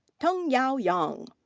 teng-yao yang.